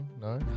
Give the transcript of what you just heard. no